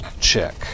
check